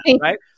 right